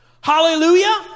Hallelujah